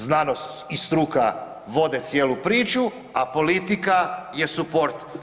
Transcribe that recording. Znanost i struka vode cijelu priču a politika je support.